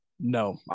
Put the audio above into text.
no